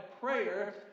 prayer